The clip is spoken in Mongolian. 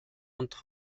унтах